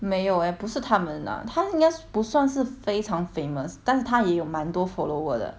没有 eh 不是他们 ah 他应该不算是非常 famous 但是他也有蛮多 follower 的